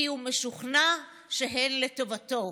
כי הוא משוכנע שהן לטובתו,